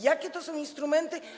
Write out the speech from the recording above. Jakie to są instrumenty?